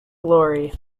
glory